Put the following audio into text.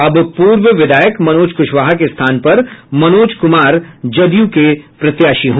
अब पूर्व विधायक मनोज कुशवाहा के स्थान पर मनोज कुमार जदयू के प्रत्याशी हैं